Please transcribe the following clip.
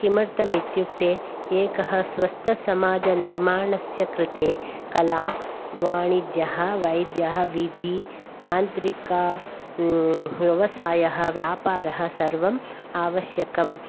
किमर्थम् इत्युक्ते एकः स्वस्थसमाजनिर्माणस्य कृते कला वाणिज्यः वैद्यः विधि तान्त्रिक व्यवसायः व्यापारः सर्वम् आवश्यकम्